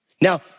Now